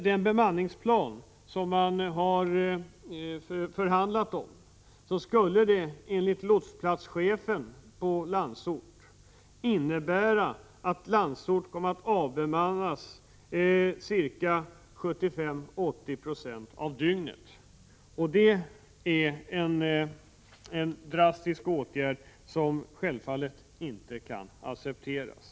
Den bemanningsplan som man har förhandlat om skulle enligt lotsplatschefen innebära att Landsort kom att avbemannas 75-80 96 av dygnet. Det är en drastisk åtgärd, som självfallet inte kan accepteras.